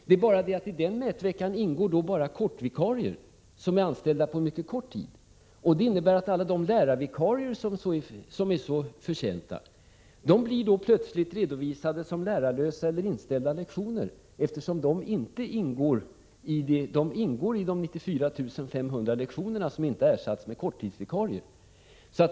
Det är bara det att i den mätveckan ingår enbart kortvikarier, som är anställda på en mycket kort tid. Det innebär att lektioner då undervisningen har skötts av alla fasta lärarvikarier, som är så förtjänta, blir redovisade som lärarlösa eller inställda lektioner, eftersom de ingår i de 94 500 lektionerna som inte ersätts med korttidsvikarier.